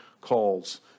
calls